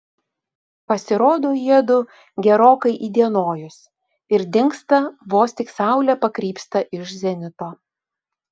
pasirodo jiedu gerokai įdienojus ir dingsta vos tik saulė pakrypsta iš zenito